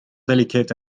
delicate